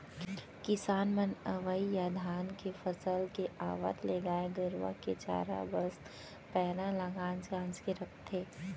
किसान मन अवइ या धान के फसल के आवत ले गाय गरूवा के चारा बस पैरा ल गांज गांज के रखथें